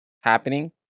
happening